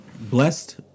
Blessed